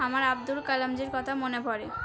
আমার আব্দুল কালামজির কথা মনে পড়ে